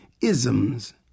Isms